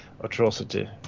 atrocity